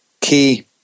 key